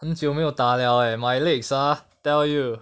很久没有打 liao eh my legs ah tell you